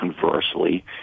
conversely